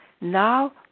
now